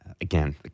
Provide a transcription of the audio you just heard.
Again